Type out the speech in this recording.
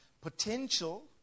potential